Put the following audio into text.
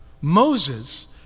Moses